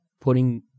putting